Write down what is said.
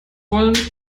wollen